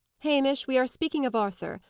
hamish, we are speaking of arthur.